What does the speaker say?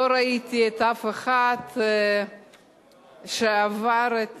לא ראיתי אף אחד שעבר את